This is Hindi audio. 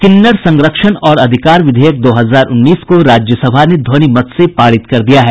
किन्नर संरक्षण और अधिकार विधेयक दो हजार उन्नीस को राज्यसभा ने ध्वनि मत से पारित कर दिया है